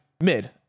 Mid